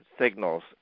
signals